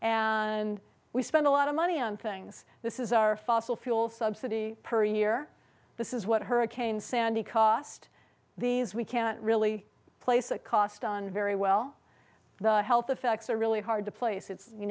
and we spend a lot of money on things this is our fossil fuel subsidy per year this is what hurricane sandy cost these we can't really place a cost on very well the health effects are really hard to place it's you